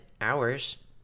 hours